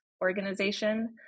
Organization